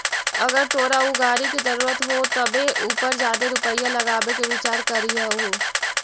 अगर तोरा ऊ गाड़ी के जरूरत हो तबे उ पर जादे रुपईया लगाबे के विचार करीयहूं